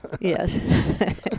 Yes